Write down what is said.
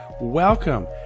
Welcome